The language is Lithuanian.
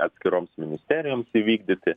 atskiroms ministerijoms įvykdyti